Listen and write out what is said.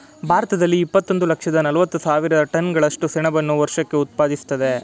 ಭಾರತದಲ್ಲಿ ಇಪ್ಪತ್ತೊಂದು ಲಕ್ಷದ ನಲವತ್ತು ಸಾವಿರ ಟನ್ಗಳಷ್ಟು ಸೆಣಬನ್ನು ವರ್ಷಕ್ಕೆ ಉತ್ಪಾದಿಸ್ತದೆ